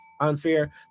unfair